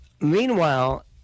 Meanwhile